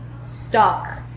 stuck